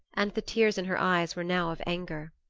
and the tears in her eyes were now of anger.